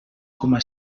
coma